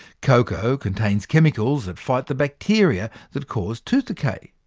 cacao contains chemicals that fight the bacteria that cause tooth decay.